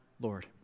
Lord